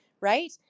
right